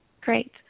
great